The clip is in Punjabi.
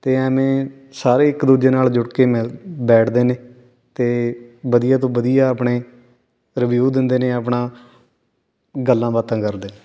ਅਤੇ ਐਵੇਂ ਸਾਰੇ ਇੱਕ ਦੂਜੇ ਨਾਲ ਜੁੜ ਕੇ ਮਿਲ ਬੈਠਦੇ ਨੇ ਅਤੇ ਵਧੀਆ ਤੋਂ ਵਧੀਆ ਆਪਣੇ ਰਿਵਿਊ ਦਿੰਦੇ ਨੇ ਆਪਣਾ ਗੱਲਾਂ ਬਾਤਾਂ ਕਰਦੇ